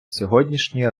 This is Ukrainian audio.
сьогоднішній